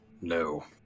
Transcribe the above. No